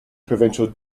provincial